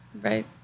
Right